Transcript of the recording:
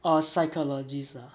a psychologist ah